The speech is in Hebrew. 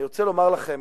אני רוצה לומר לכם,